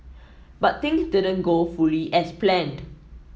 but things didn't go fully as planned